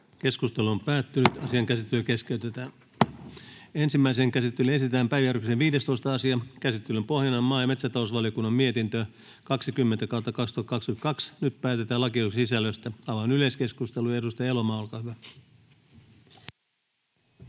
tehty hylkäysesitys oli erittäin perusteltu. Ensimmäiseen käsittelyyn esitellään päiväjärjestyksen 15. asia. Käsittelyn pohjana on maa- ja metsätalousvaliokunnan mietintö MmVM 20/2022 vp. Nyt päätetään lakiehdotuksen sisällöstä. — Avaan yleiskeskustelun. Edustaja Elomaa, olkaa hyvä.